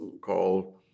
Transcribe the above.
called